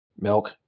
milk